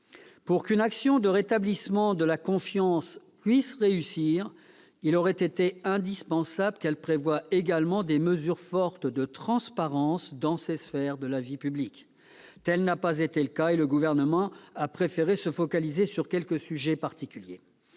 Pour qu'une action de rétablissement de la confiance puisse réussir, il aurait été indispensable de prévoir également des mesures fortes de transparence dans ces sphères de la vie publique. Tel n'a pas été le cas, et le Gouvernement a préféré se focaliser sur quelques sujets particuliers.